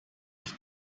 ich